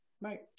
right